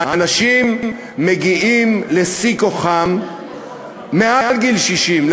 האנשים מגיעים לשיא כוחם מעל גיל 60,